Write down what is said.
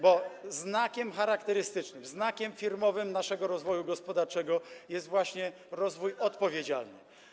Bo cechą charakterystyczną, znakiem firmowym naszego rozwoju gospodarczego jest właśnie rozwój odpowiedzialny.